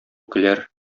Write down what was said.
көләр